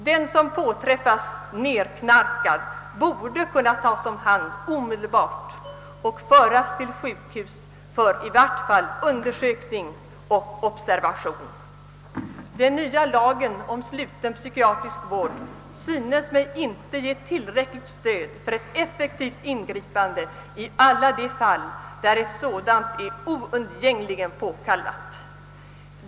Den som påträffas nerknarkad borde kunna tas om hand omedelbart och föras till sjukhus för i vart fall undersökning och observation. Den nya lagen om sluten psykiatrisk vård synes mig inte ge tillräckligt stöd för ett effektivt ingripande i alla de fall där ett sådant är oundgängligen påkallat.